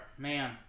man